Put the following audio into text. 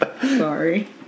Sorry